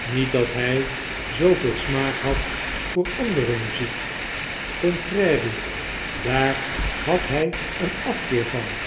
niet dat fry zooveel smaak had voor andere muziek contrarie daar had hij een af keer van